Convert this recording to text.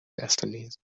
destinies